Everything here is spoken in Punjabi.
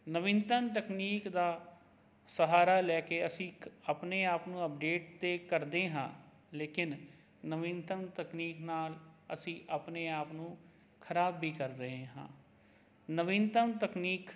ਨਵੀਨਤਨ ਤਕਨੀਕ ਦਾ ਸਹਾਰਾ ਲੈ ਕੇ ਅਸੀਂ ਆਪਣੇ ਆਪ ਨੂੰ ਅਪਡੇਟ ਤਾਂ ਕਰਦੇ ਹਾਂ ਲੇਕਿਨ ਨਵੀਤਮ ਤਕਨੀਕ ਨਾਲ ਅਸੀਂ ਆਪਣੇ ਆਪ ਨੂੰ ਖਰਾਬ ਵੀ ਕਰ ਰਹੇ ਹਾਂ ਨਵੀਨਤਮ ਤਕਨੀਕ